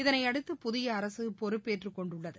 இதனையடுத்து புதிய அரசு பொறுப்பேற்றுக்கொண்டுள்ளது